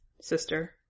sister